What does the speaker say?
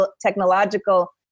technological